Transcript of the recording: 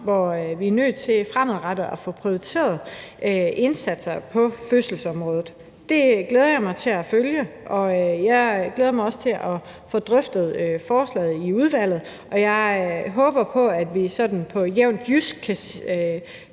hvor vi fremadrettet er nødt til at få prioriteret indsatser på fødselsområdet. Det glæder jeg mig til at følge, og jeg glæder mig også til at få drøftet forslaget i udvalget, og jeg håber på, at vi sådan på jævnt jysk kan